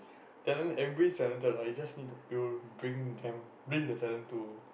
talent everybody is talented lah you just need to bring them bring the talent to